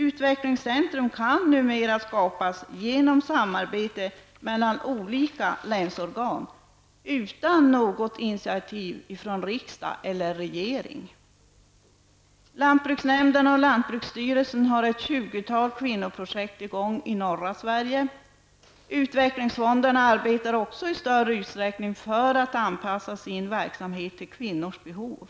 Utvecklingscentra kan numera skapas genom samarbete mellan olika länsorgan utan något initiativ från riksdag eller regering. Lantbruksnämnderna och lantbruksstyrelsen har ett tjugotal kvinnoprojekt i gång i norra Sverige. Utvecklingsfonderna arbetar också i större utsträckning för att anpassa sin verksamhet till kvinnors behov.